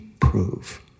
prove